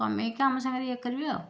କମେଇକି ଆମ ସାଙ୍ଗରେ ଇଏ କରିବେ ଆଉ